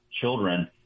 children